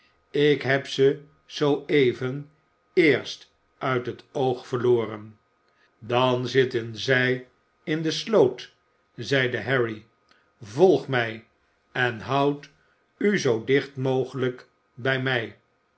ik heb ze zoo even eerst uit het oog verloren dan zitten zij in de sloot zeide harry volg mij en houd u zoo dicht mogelijk bij mij